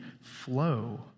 flow